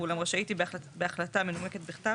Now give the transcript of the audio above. ואולם רשאית היא בהחלטה מנומקת בכתב